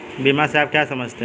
बीमा से आप क्या समझते हैं?